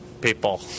people